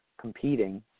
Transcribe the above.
competing